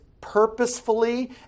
purposefully